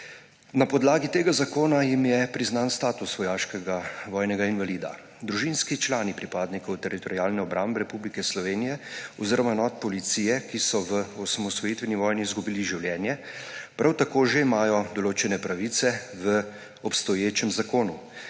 Na podlagi tega zakona jim je priznan status vojaškega vojnega invalida. Družinski člani pripadnikov Teritorialne obrambe Republike Slovenije oziroma enot policije, ki so v osamosvojitveni vojni izgubili življenje, prav tako že imajo določene pravice v obstoječem zakonu.